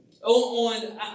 On